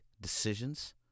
decisions